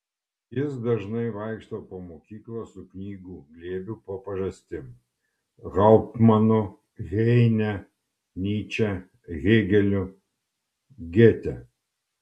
jis dažnai vaikšto po mokyklą su knygų glėbiu po pažastim hauptmanu heine nyče hėgeliu gėte